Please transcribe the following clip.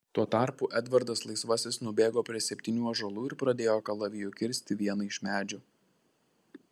tuo tarpu edvardas laisvasis nubėgo prie septynių ąžuolų ir pradėjo kalaviju kirsti vieną iš medžių